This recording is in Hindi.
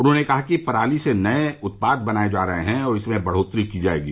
उन्होंने कहा कि पराली से नए उत्पाद बनाये जा रहे हैं और इसमें बढ़ोतरी की जायेगी